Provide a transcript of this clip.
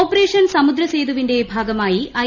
operation Samudra സ്ഫേത്യുവിന്റെ ഭാഗമായി I